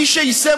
מי שיישם,